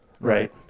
Right